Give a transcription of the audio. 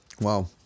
Wow